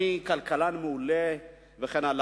אני כלכלן מעולה וכן הלאה,